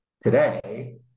today